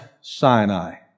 Sinai